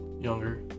younger